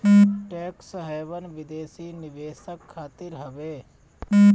tax haven विदेशी निवेशक खातिर हवे